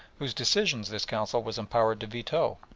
whose decisions this council was empowered to veto.